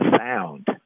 sound